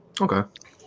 Okay